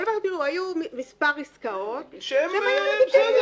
הוא אומר: היו מספר עסקאות ששם לא הייתה בעיה.